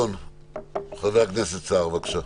חבר הכנסת סער, בבקשה.